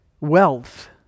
Wealth